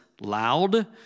loud